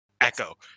echo